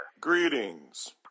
Greetings